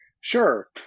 Sure